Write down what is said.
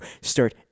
start